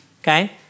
okay